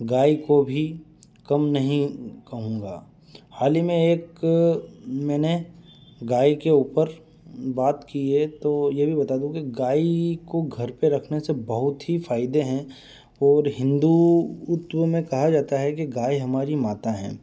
गाय को भी कम नहीं कहूंगा हाल ही में एक मैंने गाय के ऊपर बात की है तो यह भी बता कि गाय को घर पर रखने से बहुत ही फायदे हैं और हिन्दुत्व तो मैं कहा जाता है कि गाय हमारी माता है